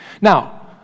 Now